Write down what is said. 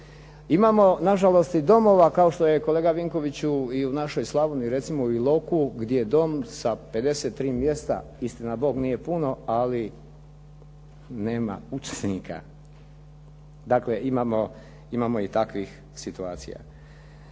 Imamo nažalost i domova, kao što je kolega Vinkoviću i u našoj Slavoniji, recimo u Iloku gdje dom sa 53 mjesta, istina bog nije puno, ali nema učenika. Dakle, imamo i takvih situacija.